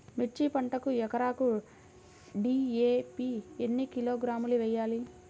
మిర్చి పంటకు ఎకరాకు డీ.ఏ.పీ ఎన్ని కిలోగ్రాములు వేయాలి?